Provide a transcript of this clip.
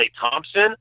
Thompson